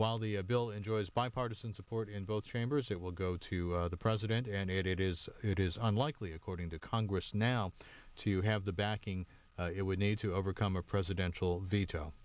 the bill enjoys bipartisan support in both chambers it will go to the president and it is it is unlikely according to congress now to have the backing it would need to overcome a presidential veto